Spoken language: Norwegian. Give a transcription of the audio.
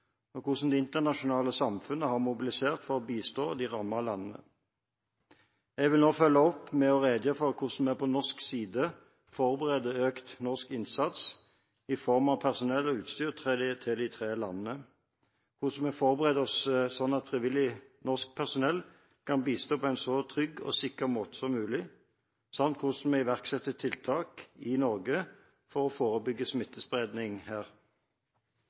og hvordan det internasjonale samfunnet har mobilisert for å bistå de rammede landene. Jeg vil nå følge opp med å redegjøre for hvordan vi fra norsk side forbereder økt norsk innsats i form av personell og utstyr til de tre landene, hvordan vi forbereder oss slik at frivillig norsk personell kan bistå på en så trygg og sikker måte som mulig, samt hvordan vi iverksetter tiltak i Norge for å forebygge smittespredning her.